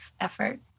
effort